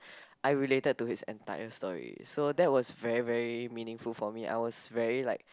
I related to his entire story so so that was very very meaningful for me I was very like